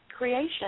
creation